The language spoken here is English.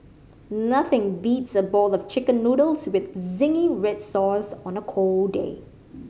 nothing beats a bowl of Chicken Noodles with zingy red sauce on a cold day